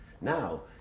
Now